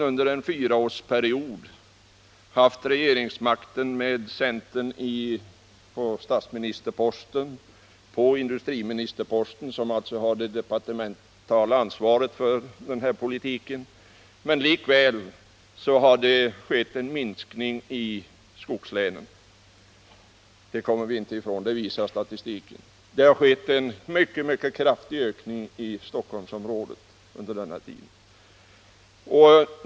Under en fyraårsperiod har man suttit i regeringsställning, och centern har innehaft statsministerposten och industriministerposten; man har alltså haft det departementala ansvaret för den här politiken. Likväl har det skett en minskning i skogslänen — det kommer vi inte ifrån; det visar statistiken. Det har skett en mycket kraftig ökning i Stockholmsområdet under den här tiden.